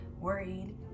worried